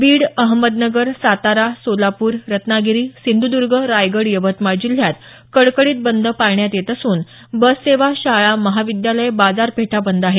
बीड अहमदनगर सातारा सोलापूर रत्नागिरी सिंधुदर्ग रायगड यवतमाळ जिल्ह्यात कडकडीत बंद पाळण्यात येत असून बससेवा शाळा महाविद्यालयं बाजारपेठा बंद आहेत